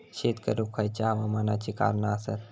शेत करुक खयच्या हवामानाची कारणा आसत?